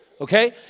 okay